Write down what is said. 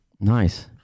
Nice